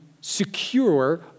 secure